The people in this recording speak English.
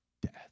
death